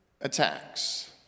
attacks